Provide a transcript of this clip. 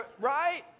right